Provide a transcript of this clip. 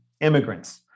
Immigrants